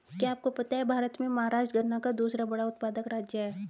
क्या आपको पता है भारत में महाराष्ट्र गन्ना का दूसरा बड़ा उत्पादक राज्य है?